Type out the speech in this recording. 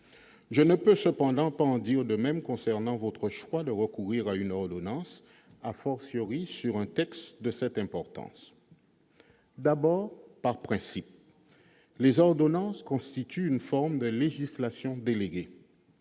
Je ne peux cependant pas en dire de même concernant votre choix de recourir aux ordonnances, sur un texte de cette importance, d'abord par principe. Les ordonnances constituent une forme de « législation déléguée